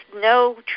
no